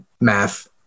math